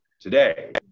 today